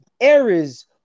errors